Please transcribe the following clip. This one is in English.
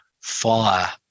fire